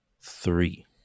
three